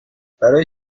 برای